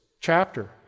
chapter